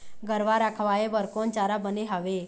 गरवा रा खवाए बर कोन चारा बने हावे?